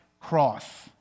cross